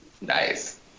nice